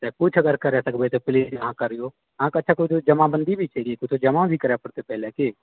किछु अगर करए सकबै तऽ प्लीज अहाँ करिऔ अहाँकेँ एतए किछु जमाबंदी भी छै की किछु जमा भी करए परतय पहिले की